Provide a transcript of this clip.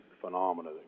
phenomena